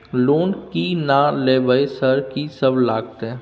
Loan की ना लेबय सर कि सब लगतै?